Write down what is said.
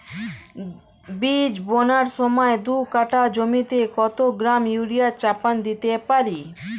বীজ বোনার সময় দু কাঠা জমিতে কত গ্রাম ইউরিয়া চাপান দিতে পারি?